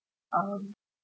um